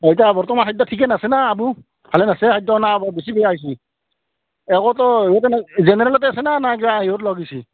অঁ এতিয়া বৰ্তমান খাদ্য ঠিকে আছে না আবু ভালে আছে আদ্য না ব বেছি বেয়া হৈছে একোটো ইয়াতে না জেনেৰেলতে আছে না না কিবা হেৰিয়ত লৈ গৈছে